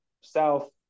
South